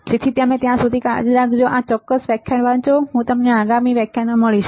તેથી ત્યાં સુધી તમે કાળજી લો આ ચોક્કસ વ્યાખ્યાન વાંચો અને હું તમને આગામી વ્યાખ્યાનમાં જોઈશ